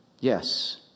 Yes